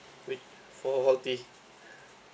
with four